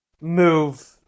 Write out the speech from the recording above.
move